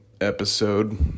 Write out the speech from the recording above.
episode